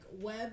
web